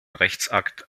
rechtsakt